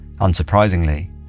Unsurprisingly